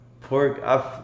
pork